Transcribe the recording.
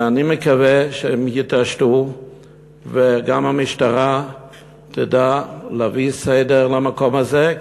אני מקווה שהם יתעשתו וגם המשטרה תדע להביא סדר למקום הזה,